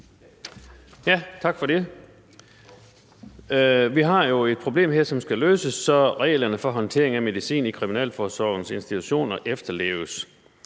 Tak for det. Vi har jo et problem her, som skal løses, så reglerne for håndtering af medicin i Kriminalforsorgens institutioner efterleves.